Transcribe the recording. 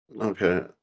Okay